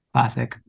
Classic